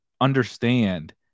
understand